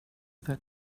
that